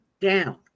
down